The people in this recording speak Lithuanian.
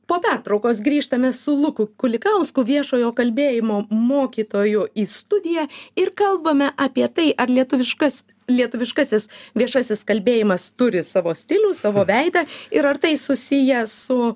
po pertraukos grįžtame su luku kulikausku viešojo kalbėjimo mokytoju į studiją ir kalbame apie tai ar lietuviškas lietuviškasis viešasis kalbėjimas turi savo stilių savo veidą ir ar tai susiję su